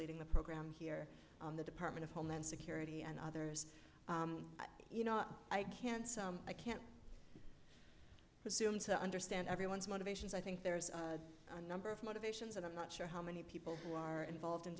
leading the program here on the department of homeland security and others you know i can't i can't presume to understand everyone's motivations i think there's a number of motivations and i'm not sure how many people who are involved in